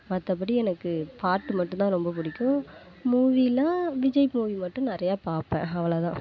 மற்றபடி எனக்கு பாட்டு மட்டும் தான் ரொம்ப பிடிக்கும் மூவியில விஜய் மூவி மட்டும் நிறையா பார்ப்பேன் அவ்வளோ தான்